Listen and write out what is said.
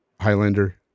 Highlander